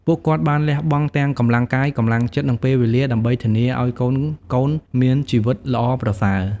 ពួកគាត់បានលះបង់ទាំងកម្លាំងកាយ កម្លាំងចិត្ត និងពេលវេលា ដើម្បីធានាឲ្យកូនៗមានជីវិតល្អប្រសើរ។